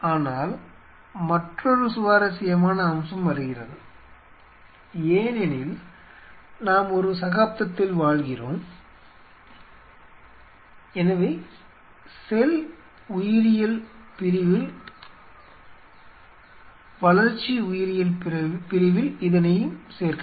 ஆனால் மற்றொரு சுவாரஸ்யமான அம்சம் வருகிறது ஏனெனில் நாம் ஒரு சகாப்தத்தில் வாழ்கிறோம் எனவே செல் உயிரியல் பிரிவில் வளர்ச்சி உயிரியல் பிரிவில் இதனையும் சேர்க்கவும்